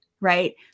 right